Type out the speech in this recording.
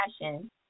fashion